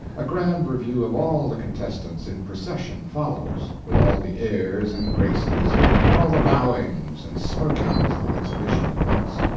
a grand review of all the contestants in procession follows, with all the airs and graces and all the bowings and smirkings on exhibition at once,